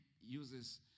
uses